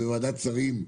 בוועדת שרים,